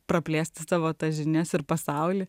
praplėsti savo tas žinias ir pasaulį